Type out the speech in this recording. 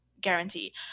guarantee